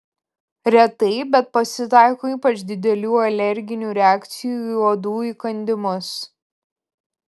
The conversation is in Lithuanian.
retai bet pasitaiko ypač didelių alerginių reakcijų į uodų įkandimus